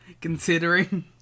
Considering